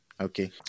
Okay